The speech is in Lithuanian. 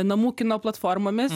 namų kino platformomis